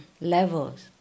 levels